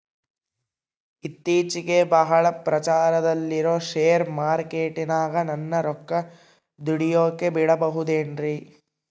ಇತ್ತೇಚಿಗೆ ಬಹಳ ಪ್ರಚಾರದಲ್ಲಿರೋ ಶೇರ್ ಮಾರ್ಕೇಟಿನಾಗ ನನ್ನ ರೊಕ್ಕ ದುಡಿಯೋಕೆ ಬಿಡುಬಹುದೇನ್ರಿ?